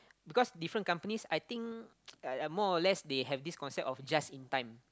because different companies I think uh uh more or less they have this concept of just in time